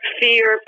fear